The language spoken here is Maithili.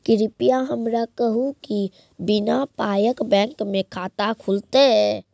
कृपया हमरा कहू कि बिना पायक बैंक मे खाता खुलतै?